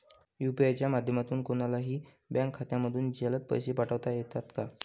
UPI च्या माध्यमाने कोणलाही बँक खात्यामधून जलद पैसे पाठवता येतात का?